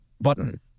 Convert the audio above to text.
button